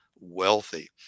wealthy